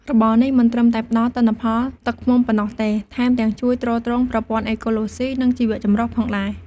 របរនេះមិនត្រឹមតែផ្ដល់ទិន្នផលទឹកឃ្មុំប៉ុណ្ណោះទេ ថែមទាំងជួយទ្រទ្រង់ប្រព័ន្ធអេកូឡូស៊ី និងជីវចម្រុះផងដែរ។